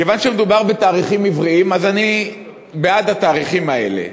כיוון שמדובר בתאריכים עבריים אז אני בעד התאריכים האלה,